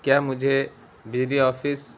کیا مجھے بجلی آفس